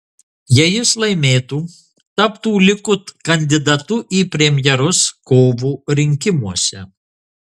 jei jis laimėtų taptų likud kandidatu į premjerus kovo rinkimuose